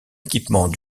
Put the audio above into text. équipement